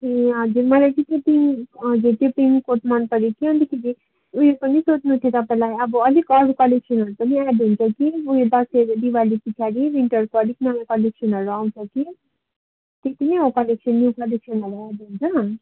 ए हजुर मलाई चाहिँ त्यो पिङ्क हजुर त्यो पिङ्क कोट मन परेको थियो अन्तखेरि उयो पनि सोध्नु थियो तपाईँलाई अब अलिक अरू कलेक्सनहरू पनि एड हुन्छ कि उयो दसैँ दीपावली पछाडि विन्टरको अलिक नयाँ कलेक्सनहरू आउँछ कि त्यति नै हो कलेक्सन न्यु कलेक्सनहरू एड हुन्छ